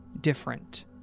different